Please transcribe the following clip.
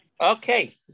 Okay